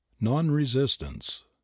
non-resistance